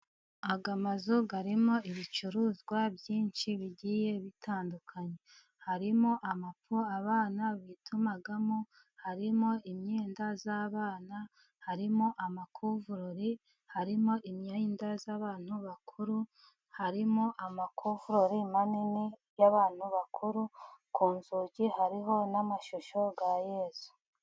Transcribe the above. Aya mazu arimo ibicuruzwa byinshi bigiye bitandukanye harimo amapo abana bitumamo ,harimo imyenda y'abana ,harimo amakuvurori, harimo imyenda y'abantu bakuru, harimo amakovuri manini y'abantu bakuru ku nzugi hari n'amashusho ya Yezu.